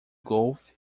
golfe